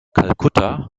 kalkutta